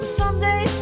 someday